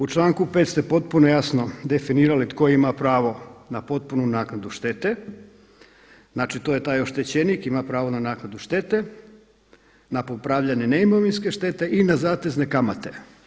U članku 5. ste potpuno jasno definirali tko ima pravo na potpunu naknadu štete, znači to je taj oštećenik ima pravo na naknadu štete, na popravljanje ne imovinske štete i na zatezne kamate.